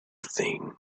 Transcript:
thing